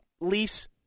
lease